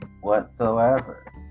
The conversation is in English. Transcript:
whatsoever